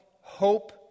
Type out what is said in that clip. hope